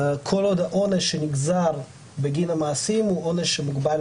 כל עוד העונש שנגזר בגין המעשים הוא עונש שמוגבל